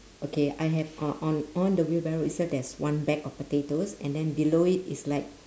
okay I have on on on the wheelbarrow itself there's one bag of potatoes and then below it is like